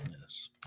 Yes